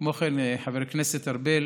וכן, חבר הכנסת ארבל,